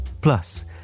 Plus